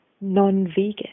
non-vegan